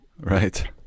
right